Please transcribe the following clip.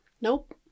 nope